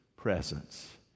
presence